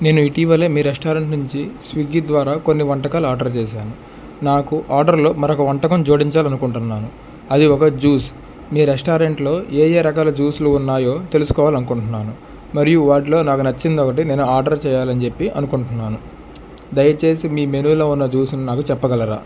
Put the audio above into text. నేను ఇటీవలె మీ రెస్టారెంట్ నుంచి స్విగ్గి ద్వారా కొన్ని వంటకాలు ఆర్డర్ చేశాను నాకు ఆర్డర్లో మరొక వంటకం జోడించాలనుకుంటున్నాను అది ఒక జ్యూస్ మీ రెస్టారెంట్లో ఏ ఏ రకాల జ్యూస్లు ఉన్నాయో తెలుసుకోవాలనుకుంటున్నాను మరియు వాటిలో నాకు నచ్చింది ఒకటి నేను ఆర్డర్ చెయ్యాలి అని చేప్పి అనుకుంటున్నాను దయచేసి మీ మెనులో ఉన్న జ్యూస్లు నాకు చెప్పగలరా